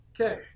Okay